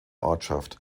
ortschaft